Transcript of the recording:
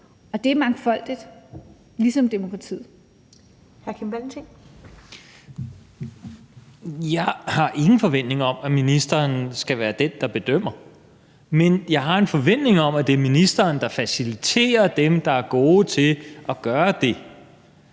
21:19 Kim Valentin (V): Jeg har ingen forventninger om, at ministeren skal være den, der bedømmer, men jeg har en forventning om, at det er ministeren, der faciliterer dem, der er gode til at gøre det;